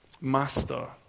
master